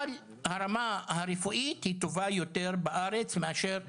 אבל הרמה הרפואית היא טובה יותר הארץ מאשר במקומות האלה.